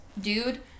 dude